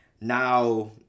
now